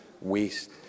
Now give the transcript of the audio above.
waste